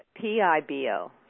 P-I-B-O